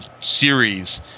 series